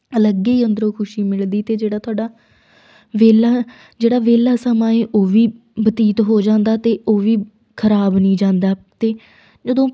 ਅਲੱਗ ਹੀ ਅੰਦਰੋਂ ਖੁਸ਼ੀ ਮਿਲਦੀ ਅਤੇ ਜਿਹੜਾ ਤੁਹਾਡਾ ਵਿਹਲਾ ਜਿਹੜਾ ਵਿਹਲਾ ਸਮਾਂ ਹੈ ਉਹ ਵੀ ਬਤੀਤ ਹੋ ਜਾਂਦਾ ਅਤੇ ਉਹ ਵੀ ਖਰਾਬ ਨਹੀਂ ਜਾਂਦਾ ਅਤੇ ਜਦੋਂ